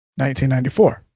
1994